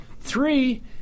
Three